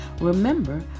Remember